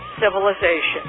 civilization